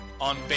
on